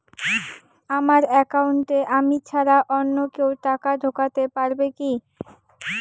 আমার একাউন্টে আমি ছাড়া অন্য কেউ টাকা ঢোকাতে পারবে কি?